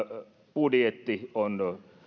budjetti on